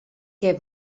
què